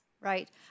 Right